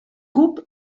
cup